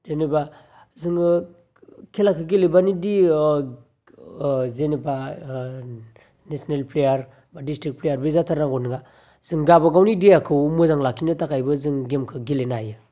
जेनबा जोङो खेलाखौ गेलेबानोदि ओ ओ जेनोबा ओ नेसनेल प्लेयार बा डिसट्रिक प्लेयार बे जाथार नांगौ नङा जों गावबा गावनि देहाखौ मोजां लाखिनो थाखायबो जों गेमखौ गेलेनो हायो